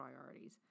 priorities